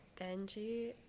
Benji